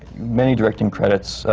many directing credits,